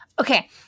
Okay